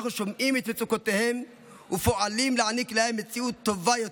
אנחנו שומעים את מצוקותיהם ופועלים להעניק להם מציאות טובה יותר.